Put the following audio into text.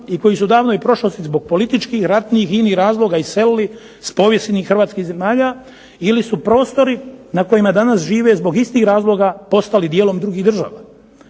i koji su davno i prošlosti iz političkih, ratnih i inih razloga iselili s povijesnih hrvatskih zemalja ili su prostori na kojima danas žive zbog istih razloga postali dijelom drugih država.